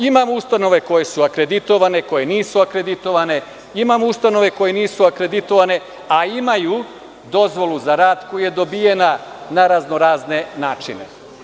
Imamo ustanove koje su akreditovane, koje nisu akreditovane, imamo ustanove koje nisu akreditovane a imaju dozvolu za rad koja je dobijena na razno-razne načine.